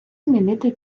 змінити